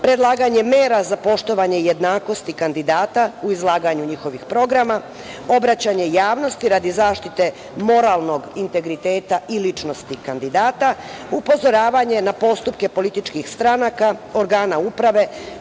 predlaganje mera za poštovanje jednakosti kandidata u izlaganju njihovih programa, obraćanje javnosti radi zaštite moralnog integriteta i ličnosti kandidata, upozoravanje na postupke političkih stranka, organa uprave,